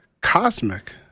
cosmic